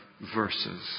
Verses